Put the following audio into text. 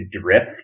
drift